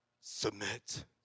submit